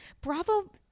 Bravo